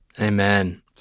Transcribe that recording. Amen